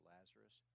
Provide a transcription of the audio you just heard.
Lazarus